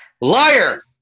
liar